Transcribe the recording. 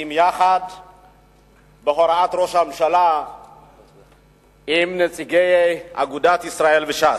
מצביעים בהוראת ראש הממשלה יחד עם נציגי אגודת ישראל וש"ס.